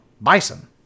bison